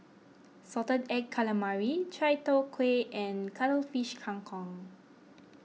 Salted Egg Calamari Chai Tow Kway and Cuttlefish Kang Kong